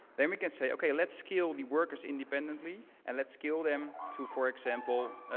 then, we can say, ok, let's scale the workers independently. and let's scale them to, for example,